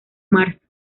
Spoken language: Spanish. marzo